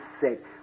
sick